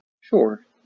sure